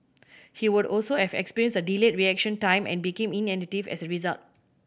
he would also have experienced a delayed reaction time and became inattentive as a result